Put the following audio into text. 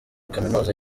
kaminuza